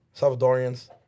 Salvadorians